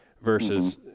versus